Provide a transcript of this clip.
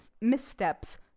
missteps